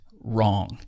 wrong